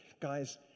Guys